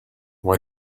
why